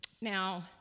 Now